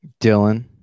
Dylan